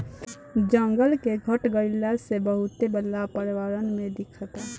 जंगल के घट गइला से बहुते बदलाव पर्यावरण में दिखता